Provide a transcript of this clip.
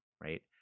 right